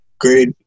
great